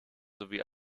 sowie